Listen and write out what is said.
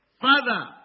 Father